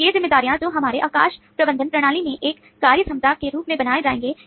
तो ये जिम्मेदारियां जो हमारे अवकाश प्रबंधन प्रणाली में एक कार्यक्षमता के रूप में बनाई जाएंगी